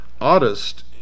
oddest